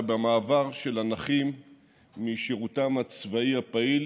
ובמעבר של הנכים משירותם הצבאי הפעיל